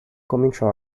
cominciò